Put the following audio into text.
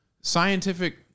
scientific